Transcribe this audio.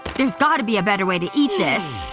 there's gotta be a better way to eat this.